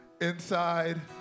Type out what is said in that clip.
inside